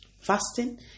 fasting